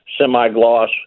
semi-gloss